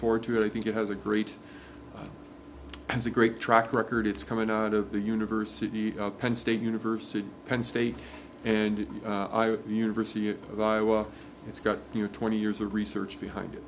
forward to it i think it has a great has a great track record it's coming out of the university penn state university penn state and the university of iowa it's got you know twenty years of research behind it